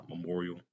Memorial